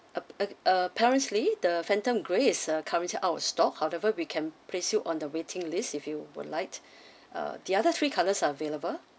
uh uh apparently the phantom grey is uh currently out of stock however we can place you on the waiting list if you would like uh the other three colours are available